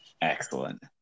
Excellent